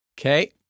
Okay